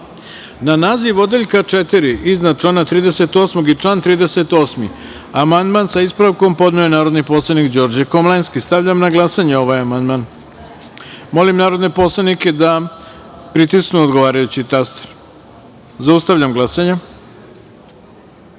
naziv odeljka 11. iznad člana 45. i član 45. amandman sa ispravkom je podneo narodni poslanik Đorđe Komlenski. Stavljam na glasanje ovaj amandman. Molim narodne poslanike da pritisnu odgovarajući taster. Zaustavljam glasanje: